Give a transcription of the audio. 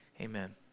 amen